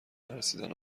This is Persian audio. نرسیدن